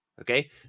Okay